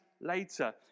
later